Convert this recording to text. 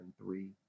three